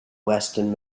western